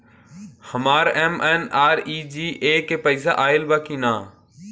हमार एम.एन.आर.ई.जी.ए के पैसा आइल बा कि ना?